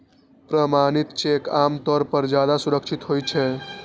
प्रमाणित चेक आम तौर पर ज्यादा सुरक्षित होइ छै